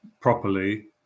properly